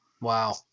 wow